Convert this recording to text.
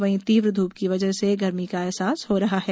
वहीं तीव्र धूप की वजह से गर्मी का अहसास हो रहा है